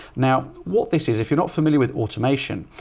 now what this is if you're not familiar with automation,